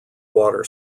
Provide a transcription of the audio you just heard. water